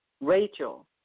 Rachel